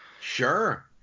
sure